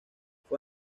fue